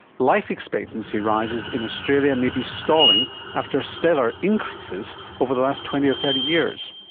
life expectancy rises in australia may be stalling after stellar increases over the last twenty or thirty years.